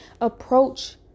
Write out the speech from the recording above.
approach